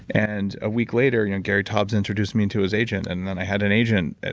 and a week later, you know gary taubes introduced me to his agent, and then i had an agent.